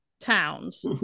towns